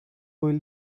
will